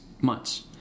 months